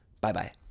Bye-bye